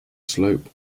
slope